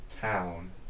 town